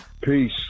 Peace